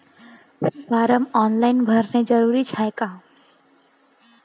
Form online भरने जरुरीचे हाय का?